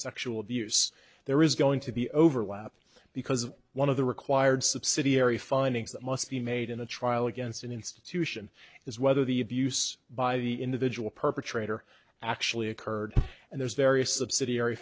sexual abuse there is going to be overlap because one of the required subsidiary findings that must be made in the trial against an institution is whether the abuse by the individual perpetrator actually occurred and there's various subsidiary